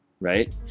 right